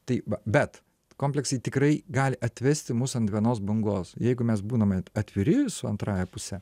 tai va bet kompleksai tikrai gali atvesti mus ant vienos bangos jeigu mes būname atviri su antrąja puse